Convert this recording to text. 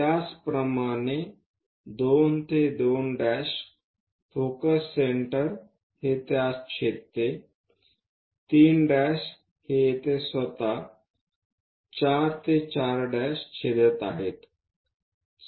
त्याचप्रमाणे 2 ते 2 focus centre हे त्यास छेदते 3 हे येथे स्वतः 4 ते 4' छेदत आहे